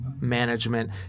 management